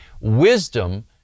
Wisdom